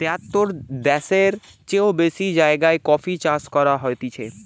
তেয়াত্তর দ্যাশের চেও বেশি জাগায় কফি চাষ করা হতিছে